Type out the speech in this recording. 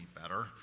better